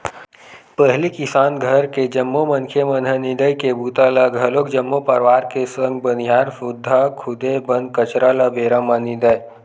पहिली किसान घर के जम्मो मनखे मन ह निंदई के बूता ल घलोक जम्मो परवार के संग बनिहार सुद्धा खुदे बन कचरा ल बेरा म निंदय